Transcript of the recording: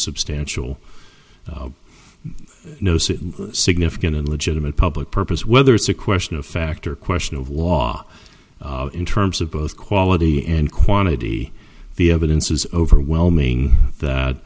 substantial no certainly significant in legitimate public purpose whether it's a question of fact or question of law in terms of both quality and quantity the evidence is overwhelming that